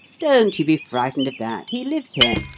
don't you be frightened of that he lives here.